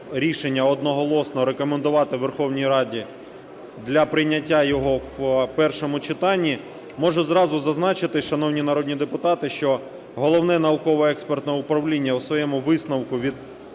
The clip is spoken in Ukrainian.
рішення одноголосно рекомендувати Верховній Раді для прийняття його в першому читанні. Можу зразу зазначити, шановні народні депутати, що Головне науково-експертне управління в своєму висновку від